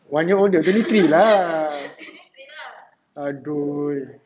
one year older twenty three lah !aduh!